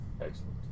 Excellent